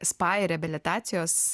spa ir reabilitacijos